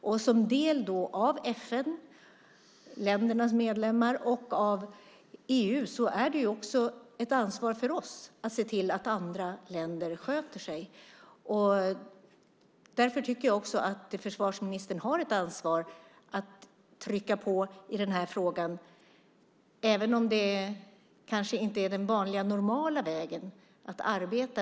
Eftersom vi är medlemmar i FN och EU är det också ett ansvar för oss att se till att andra länder sköter sig. Därför tycker jag att försvarsministern har ett ansvar att trycka på i frågan, även om det inte är den vanliga normala vägen att arbeta.